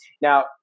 Now